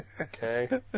Okay